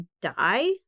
die